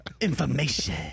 information